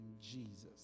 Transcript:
Jesus